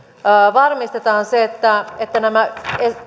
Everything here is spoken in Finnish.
varmistetaan se että että nämä